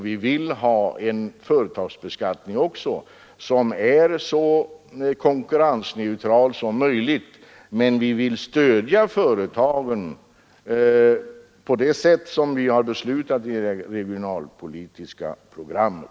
Vi vill ha en företagsbeskattning som är så konkurrensneutral som möjligt, och vi vill stödja företagen på det sätt som vi har skisserat i det regionalpolitiska programmet.